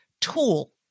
tool